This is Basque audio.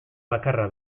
bakarra